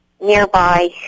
nearby